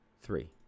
three